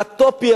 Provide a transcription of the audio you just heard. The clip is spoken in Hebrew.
"הטוֹפּי",